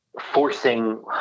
forcing